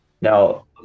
Now